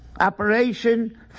Operation